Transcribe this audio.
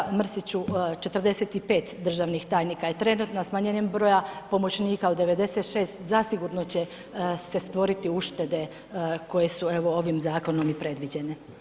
Kolega Mrsiću, 45 državnih tajnika je trenutno, smanjenjem broja pomoćnika od 96 zasigurno će se stvoriti uštede koje su evo ovim zakonom i predviđene.